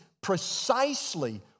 precisely